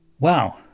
Wow